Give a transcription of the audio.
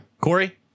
Corey